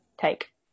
take